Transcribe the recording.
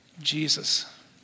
Jesus